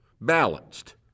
balanced